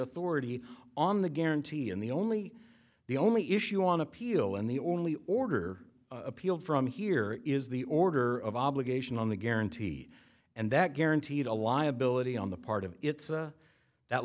authority on the guarantee and the only the only you on appeal and the only order appealed from here is the order of obligation on the guarantee and that guaranteed a liability on the part of its a that